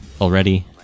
already